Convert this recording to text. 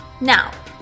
now